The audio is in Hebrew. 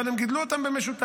אבל הם גידלו אותם במשותף.